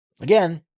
Again